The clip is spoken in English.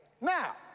Now